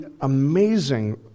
amazing